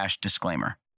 disclaimer